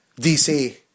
DC